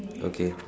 okay